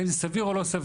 האם זה סביר או לא סביר?